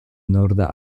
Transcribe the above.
norda